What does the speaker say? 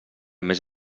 més